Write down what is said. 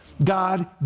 God